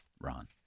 Ron